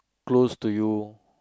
close to you